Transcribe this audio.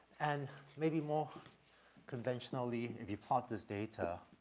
and maybe more conventionally if you plot this data,